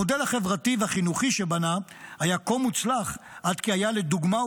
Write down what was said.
המודל החברתי והחינוכי שבנה היה כה מוצלח עד שהיה לדוגמה,